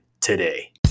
today